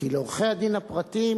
כי עורכי-הדין הפרטיים